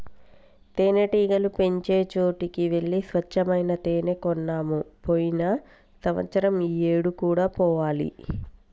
తేనెటీగలు పెంచే చోటికి వెళ్లి స్వచ్చమైన తేనే కొన్నాము పోయిన సంవత్సరం ఈ ఏడు కూడా పోవాలి